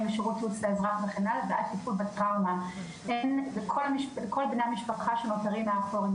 לשירות סיוע לאזרח ועד טיפול בטראומה לכל בני המשפחה שנותרים מאחור,